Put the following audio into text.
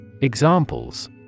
Examples